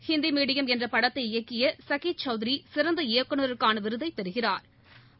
Hindi Medium என்றபடத்தை இயக்கியசகேத் சவுத்ரிசிறந்த இயக்குநருக்கானவிருதைபெறுகிறாா்